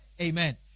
Amen